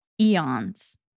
eons